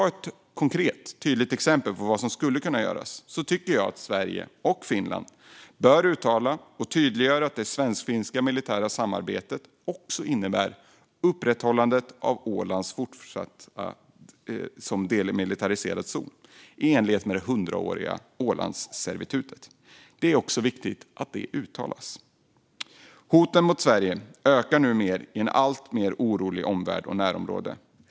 Ett konkret, tydligt exempel på vad som skulle kunna göras är att jag tycker att Sverige och Finland bör uttala och tydliggöra att det svensk-finska militära samarbetet också innebär att fortsätta upprätthålla Åland som en demilitariserad zon i enlighet med det hundraåriga Ålandsservitutet. Det är viktigt att också det uttalas. Hoten mot Sverige ökar nu i en alltmer orolig omvärld och i vårt närområde.